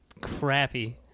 crappy